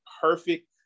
perfect